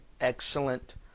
excellent